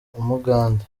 umugande